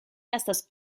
estas